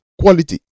quality